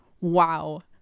Wow